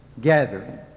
gathering